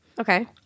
Okay